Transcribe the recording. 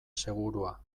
segurua